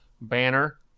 banner